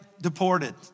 deported